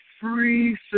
free